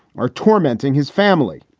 are tormenting his family.